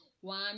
one